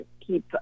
keep